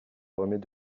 remets